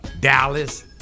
dallas